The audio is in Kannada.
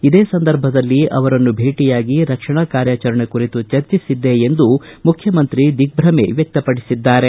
ಇದೇ ಸಂದರ್ಭದಲ್ಲಿ ಅವರನ್ನು ಭೇಟಯಾಗಿ ರಕ್ಷಣಾ ಕಾರ್ಯಾಚರಣೆ ಕುರಿತು ಚರ್ಚಿಸಿದ್ದೆ ಎಂದು ಮುಖ್ಯಮಂತ್ರಿ ದಿಗ್ಗಮೆ ವ್ಯಕ್ತಪಡಿಸಿದ್ದಾರೆ